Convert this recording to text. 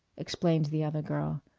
explained the other girl.